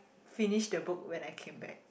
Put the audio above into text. finished the book when I came back